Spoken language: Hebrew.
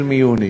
החל מיוני,